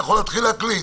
אתה יכול להתחיל להקליט.